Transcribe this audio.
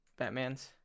Batmans